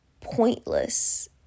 pointless